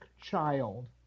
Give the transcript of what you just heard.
child